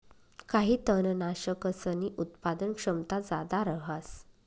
काही तननाशकसनी उत्पादन क्षमता जादा रहास